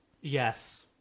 Yes